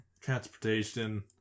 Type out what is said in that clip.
transportation